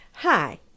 Hi